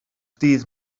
ddydd